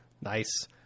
Nice